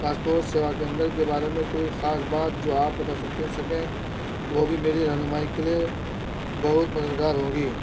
passport Seva کے اندر کے بارے میں کوئی خاص بات جو آپ بتا سکتے سکیں وہ بھی میری رہنمائی کے لیے بہت مددگار ہوگی